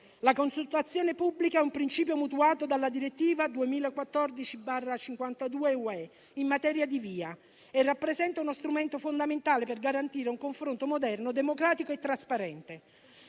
La consultazione pubblica è un principio mutuato dalla direttiva UE n. 52 del 2014 in materia di VIA e rappresenta uno strumento fondamentale per garantire un confronto moderno, democratico e trasparente.